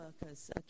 workers